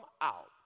out